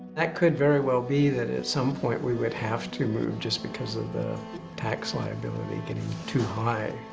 that could very well be that at some point we would have to move, just because of the tax liability getting too high.